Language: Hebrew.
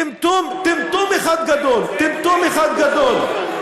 טמטום, טמטום אחד גדול, טמטום אחד גדול.